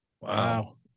Wow